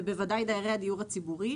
ובוודאי דיירי הדיור הציבורי.